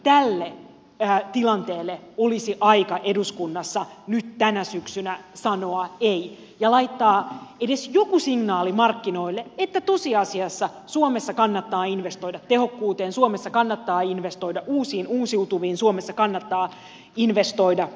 mielestäni tälle tilanteelle olisi aika eduskunnassa nyt tänä syksynä sanoa ei ja laittaa edes joku signaali markkinoille että tosiasiassa suomessa kannattaa investoida tehokkuuteen suomessa kannattaa investoida uusiin uusiutuviin suomessa kannattaa investoida uusiutuviin